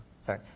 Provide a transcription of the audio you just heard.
Sorry